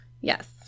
Yes